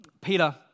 Peter